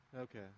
Okay